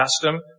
custom